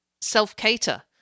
self-cater